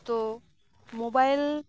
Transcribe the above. ᱛᱚ ᱢᱚᱵᱟᱭᱤᱞ